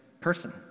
person